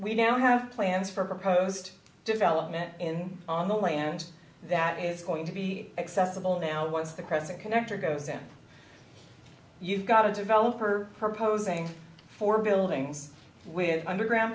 we now have plans for a proposed development in on the way and that is going to be accessible now once the present connector goes and you've got a developer proposing for buildings with underground